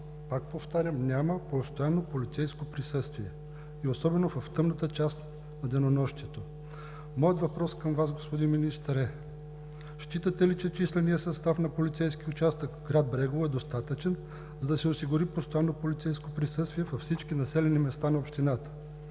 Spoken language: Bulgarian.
пак повтарям, няма постоянно полицейско присъствие, и особено в тъмната част на денонощието. Моят въпрос към Вас, господин Министър, е: считате ли, че численият състав на полицейския участък в град Брегово е достатъчен, за да се осигури постоянно полицейско присъствие във всички населени места на общината?